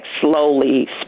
slowly